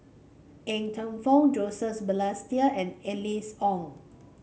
Ng Teng Fong Balestier and Alice Ong